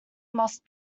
must